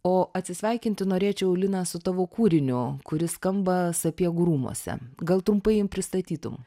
o atsisveikinti norėčiau lina su tavo kūriniu kuris skamba sapiegų rūmuose gal trumpai pristatytum